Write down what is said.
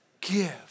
Give